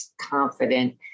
confident